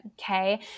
okay